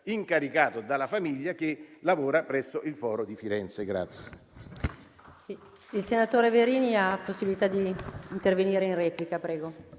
incaricato dalla famiglia, che lavora presso il foro di Firenze.